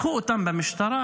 לקחו אותם למשטרה,